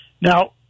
Now